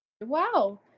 Wow